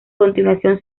continuación